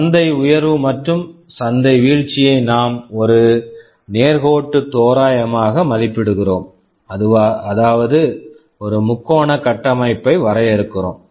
சந்தை உயர்வு மற்றும் சந்தை வீழ்ச்சியை நாம் ஒரு நேர்கோட்டு தோராயமாக மதிப்பிடுகிறோம் அதாவது ஒரு முக்கோண கட்டமைப்பை வரையறுக்கிறோம்